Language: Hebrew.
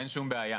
אין שום בעיה.